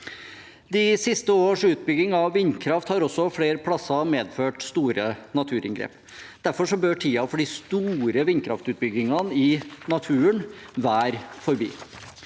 De siste års utbygging av vindkraft har også medført store naturinngrep flere plasser. Derfor bør tiden for de store vindkraftutbyggingene i naturen være forbi.